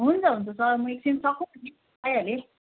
हुन्छ हुन्छ सर म एकछिन सक्नु आँटे आइहालेँ